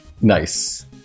Nice